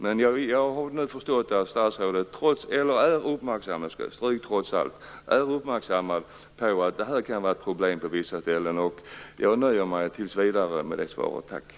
Men jag har nu förstått att justitieministern är uppmärksammad på att detta kan vara ett problem på vissa ställen. Jag nöjer mig tills vidare med detta svar.